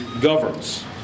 governs